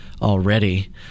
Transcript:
Already